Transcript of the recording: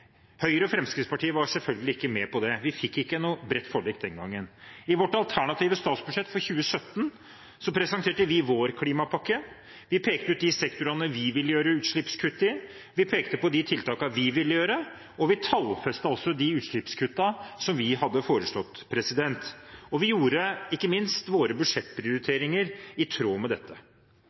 Høyre og Fremskrittspartiet var selvfølgelig ikke med på det. Vi fikk ikke noe bredt forlik den gangen. I vårt alternative statsbudsjett for 2017 presenterte vi vår klimapakke. Vi pekte ut de sektorene vi ville gjøre utslippskutt i. Vi pekte på de tiltakene vi ville gjøre, og vi tallfestet også de utslippskuttene som vi hadde foreslått. Og vi gjorde ikke minst våre budsjettprioriteringer i tråd med dette.